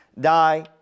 die